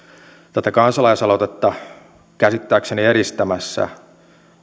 tätä kansalaisaloitetta käsittääkseni edistämässä